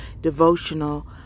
devotional